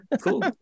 Cool